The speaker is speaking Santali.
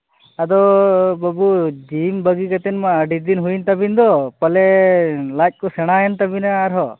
ᱟᱫᱚ ᱵᱟᱹᱵᱩ ᱡᱤᱢ ᱵᱟᱹᱜᱤ ᱠᱟᱛᱮᱫ ᱢᱟ ᱟᱹᱰᱤ ᱫᱤᱱ ᱦᱩᱭᱮᱱᱱ ᱛᱟᱵᱤᱱ ᱫᱚ ᱯᱟᱞᱮ ᱞᱟᱡ ᱠᱚ ᱥᱮᱬᱟᱭᱮᱱ ᱛᱟᱹᱵᱤᱱᱟ ᱟᱨ ᱦᱚᱸ